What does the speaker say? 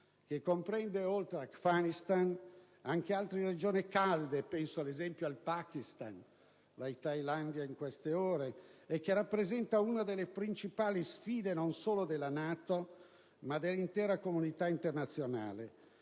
che comprende, oltre all'Afghanistan, altre regioni calde - penso per esempio al Pakistan, alla Thailandia in queste ore - e che rappresenta una delle principali sfide non solo della NATO, ma dell'intera comunità internazionale,